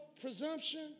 presumption